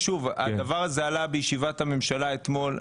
הדבר הזה עלה בישיבת הממשלה אתמול.